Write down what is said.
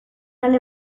ale